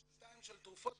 ושנתיים של תרופות